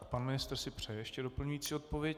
Pan ministr si přeje ještě doplňující odpověď.